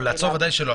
לעצור ודאי שלא.